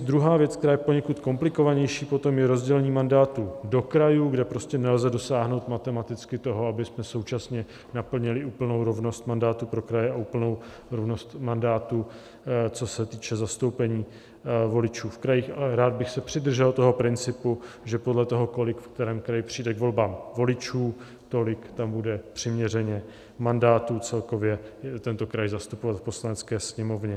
Druhá věc, která je poněkud komplikovanější, potom je rozdělení mandátů do krajů, kde prostě nelze dosáhnout matematicky toho, abychom současně naplnili úplnou rovnost mandátů pro kraje a úplnou rovnost mandátů, co se týče zastoupení voličů v krajích, ale rád bych se přidržel toho principu, že podle toho, kolik v kterém kraji přijde k volbám voličů, tolik tam bude přiměřeně mandátů tento kraj celkově zastupovat v Poslanecké sněmovně.